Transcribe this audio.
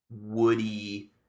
woody